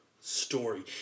story